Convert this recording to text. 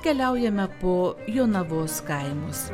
keliaujame po jonavos kaimus